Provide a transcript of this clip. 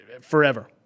forever